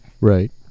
Right